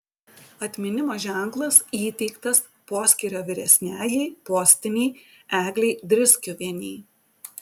atminimo ženklas įteiktas poskyrio vyresniajai postinei eglei driskiuvienei